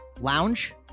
Lounge